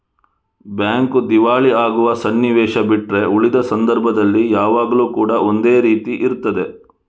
bank ದಿವಾಳಿ ಆಗುವ ಸನ್ನಿವೇಶ ಬಿಟ್ರೆ ಉಳಿದ ಸಂದರ್ಭದಲ್ಲಿ ಯಾವಾಗ್ಲೂ ಕೂಡಾ ಒಂದೇ ರೀತಿ ಇರ್ತದೆ